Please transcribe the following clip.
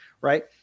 right